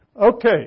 okay